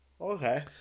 Okay